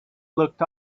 looked